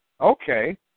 okay